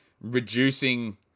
reducing